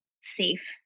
safe